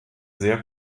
sehr